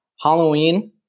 Halloween